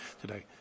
today